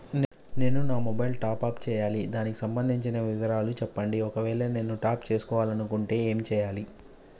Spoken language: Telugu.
నేను నా మొబైలు టాప్ అప్ చేయాలి దానికి సంబంధించిన వివరాలు చెప్పండి ఒకవేళ నేను టాప్ చేసుకోవాలనుకుంటే ఏం చేయాలి?